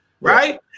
right